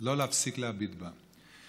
לא להפסיק להביט בה.